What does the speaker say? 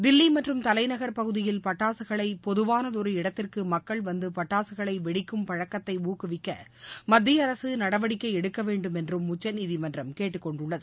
தில்லி மற்றும் தலைநகர் பகுதியில் பட்டாசுகளை பொதுவானதொரு இடத்திற்கு மக்கள் வந்து பட்டாசுகளை வெடிக்கும் பழக்கத்தை ஊக்குவிக்க மத்திய அரசு நடவடிக்கை எடுக்க வேண்டும் என்றும் உச்சநீதிமன்றம் கேட்டுக்கொண்டுள்ளது